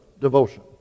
devotion